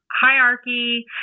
hierarchy